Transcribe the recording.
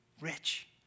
rich